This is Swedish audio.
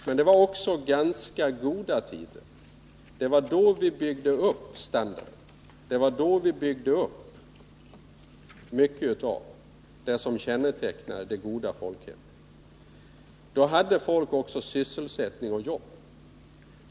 Men det var också ganska goda tider. Det var då vi byggde upp standarden, det var då vi byggde upp mycket av det som kännetecknar det goda folkhemmet. Då hade folk också sysselsättning och jobb.